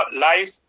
life